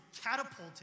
catapulted